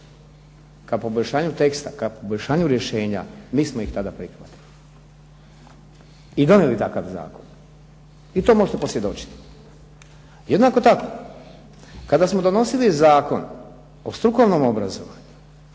ka poboljšanju teksta, ka poboljšanju rješenja mi smo ih tada prihvatili i donijeli takav zakon. I to možete posvjedočiti. Jednako tako kada smo donosili Zakon o strukovnom obrazovanju